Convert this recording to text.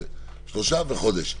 שלושה חודשים ועוד חודש.